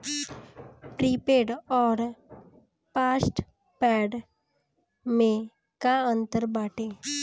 Prepaid अउर postpaid में का अंतर बाटे?